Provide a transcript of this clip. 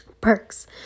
perks